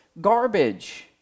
garbage